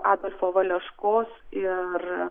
adolfo valeškos ir